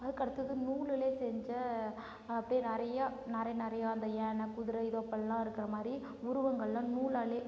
அதுக்கடுத்தது நூலிலே செஞ்ச அப்படே நிறையா நிறை நிறையா அந்த யானை குதிர இதோப்பல்லாம் இருக்கிற மாதிரி உருவங்கள்லாம் நூலாலே